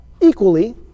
Equally